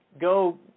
go